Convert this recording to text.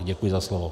Děkuji za slovo.